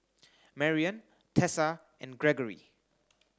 Marrion Tessa and Gregory